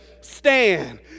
stand